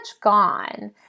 gone